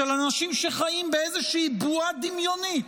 של אנשים שחיים באיזושהי בועה דמיונית,